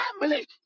family